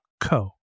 co